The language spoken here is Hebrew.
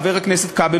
חבר הכנסת כבל,